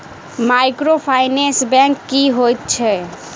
Microfinance bank की होइत अछि?